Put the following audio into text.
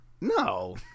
no